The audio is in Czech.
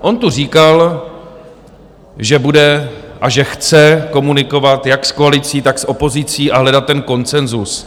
On tu říkal, že bude a že chce komunikovat jak s koalicí, tak s opozicí a hledat ten konsenzus.